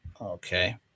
okay